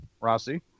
Rossi